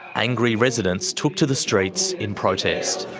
angry residents took to the streets in protest.